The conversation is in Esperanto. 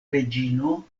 reĝino